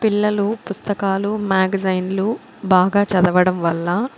పిల్లలు పుస్తకాలు మ్యాగజైన్ లు బాగా చదవడం వల్ల